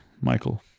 Michael